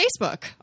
Facebook